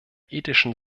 ethischen